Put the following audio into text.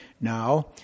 now